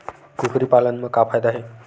कुकरी पालन म का फ़ायदा हे?